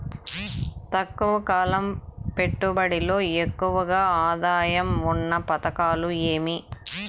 తక్కువ కాలం పెట్టుబడిలో ఎక్కువగా ఆదాయం ఉన్న పథకాలు ఏమి?